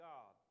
God